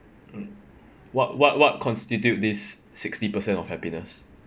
what what what constitute this sixty percent of happiness